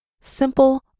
Simple